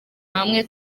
hamwe